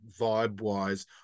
vibe-wise